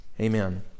Amen